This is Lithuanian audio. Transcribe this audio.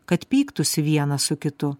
kad pyktųsi vienas su kitu